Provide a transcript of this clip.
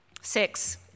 Six